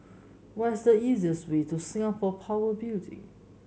what's the easiest way to Singapore Power Building